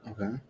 Okay